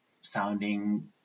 sounding